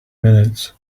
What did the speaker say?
minutes